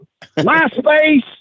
MySpace